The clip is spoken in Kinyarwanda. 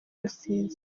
rusizi